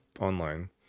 online